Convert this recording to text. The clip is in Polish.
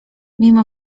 mimo